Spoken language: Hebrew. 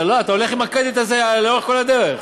אתה הולך עם הקרדיט הזה לאורך כל הדרך.